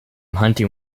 hunting